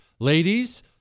Ladies